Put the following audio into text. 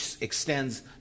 extends